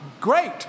Great